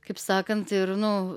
kaip sakant ir nu